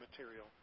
material